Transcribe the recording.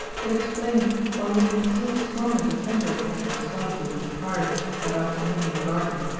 it explained why he had been so strong a defender of captain scarfield and the pirates that afternoon in the garden.